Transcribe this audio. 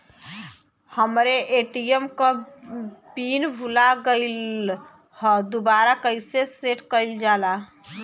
हमरे ए.टी.एम क पिन भूला गईलह दुबारा कईसे सेट कइलजाला?